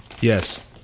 Yes